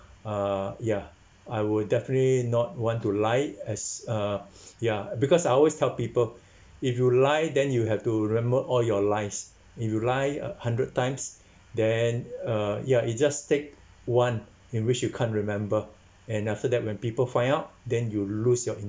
uh ya I would definitely not want to lie as a ya because I always tell people if you lie then you have to remember all your lies if you lie a hundred times then uh ya it just take one in which you can't remember and after that when people find out then you lose your